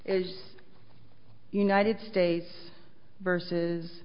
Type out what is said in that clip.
is united states versus